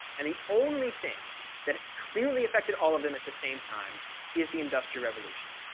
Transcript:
and the only thing that clearly affected all of them at the same time is the industrial revolution.